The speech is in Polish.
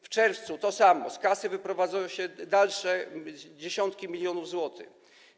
W czerwcu to samo, z kasy wyprowadza się dalsze dziesiątki milionów złotych.